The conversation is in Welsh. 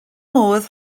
modd